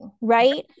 right